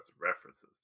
references